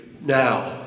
now